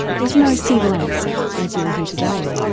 there is no single answer as you'll hear today.